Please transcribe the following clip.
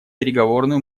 переговорную